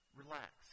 relax